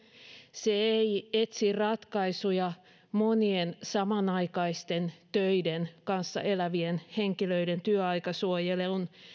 se ei etsi ratkaisuja monien samanaikaisten töiden kanssa elävien henkilöiden työaikasuojeluun